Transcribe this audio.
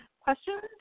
questions